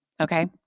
okay